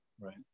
right